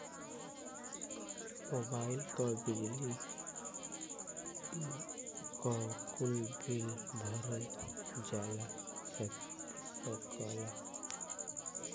mobile क, बिजली क, कुल बिल भरल जा सकला